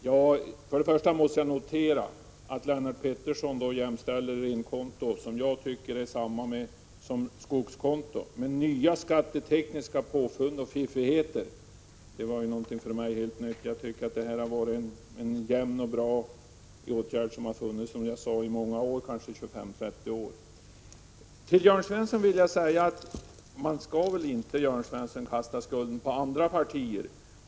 Herr talman! Först måste jag notera att Lennart Pettersson jämställer renkontot — vilket jag tycker är ungefär detsamma som skogskontot — med nya skattetekniska påfund och fiffigheter. Detta var någonting för mig helt nytt. Jag tycker att det här har varit en jämn och bra åtgärd, som har funnits i många år, som jag sade i kanske 25-30 år. Till Jörn Svensson vill jag säga att man väl inte skall kasta skulden på andra partier.